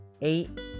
eight